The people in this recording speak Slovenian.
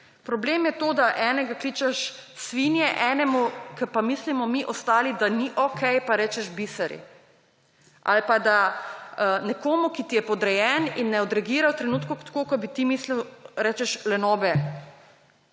Problem je to, da enega kličeš svinje, enemu, za katerega pa mislimo mi ostali, da ni okej, pa rečeš biseri. Ali pa da nekomu, ki ti je podrejen in ne odreagira v trenutku tako, kot bi mislil, rečeš lenobe.